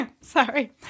sorry